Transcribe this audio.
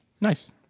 Nice